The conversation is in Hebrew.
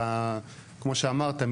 כמו שאמרתם,